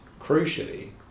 crucially